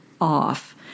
off